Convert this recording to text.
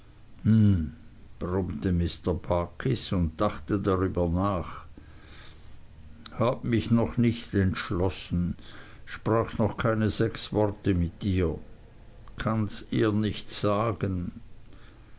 und dachte darüber nach hab mich noch nicht entschlossen sprach noch keine sechs worte mit ihr kanns ihr nicht sagen